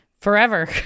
Forever